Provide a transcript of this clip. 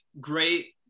great